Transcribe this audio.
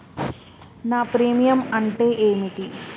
నా ప్రీమియం అంటే ఏమిటి?